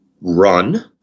run